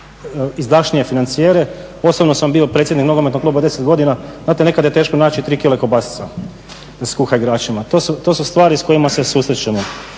izdašnije financijere. Osobno sam bio predsjednik nogometnog kluba 10 godina, znate nekad je teško naći 3 kile kobasica da se skuha igračima. To su stvari s kojima se susrećemo.